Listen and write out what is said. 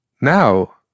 now